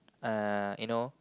uh you know